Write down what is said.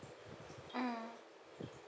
mm